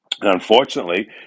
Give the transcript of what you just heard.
Unfortunately